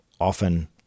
often